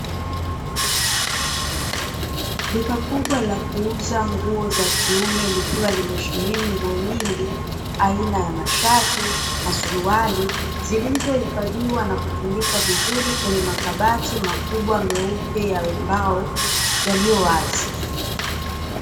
Duka kubwa la kuuza nguo za kiume, likiwa limesheheni nguo nyingi aina ya mashati na suruali zilizohifadhiwa na kutundikwa vizuri kwenye makabati makubwa meupe ya mbao yaliyo wazi.